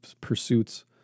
pursuits